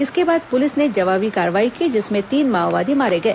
इसके बाद पुलिस ने जवाबी कार्रवाई की जिसमें तीन माओवादी मारे गए